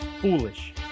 foolish